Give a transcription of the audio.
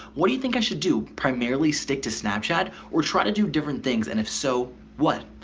what do you think i should do? primarily stick to snapchat or try to do different things and if so what?